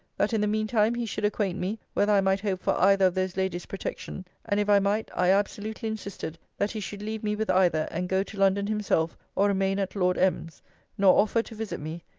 that in the mean time he should acquaint me, whether i might hope for either of those ladies' protection and if i might, i absolutely insisted that he should leave me with either, and go to london himself, or remain at lord m s nor offer to visit me,